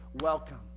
welcome